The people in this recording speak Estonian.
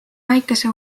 väikese